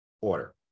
order